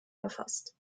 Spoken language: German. erfasst